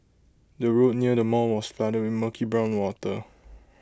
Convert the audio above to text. the road near the mall was flooded with murky brown water